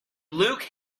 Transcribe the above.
luke